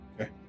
Okay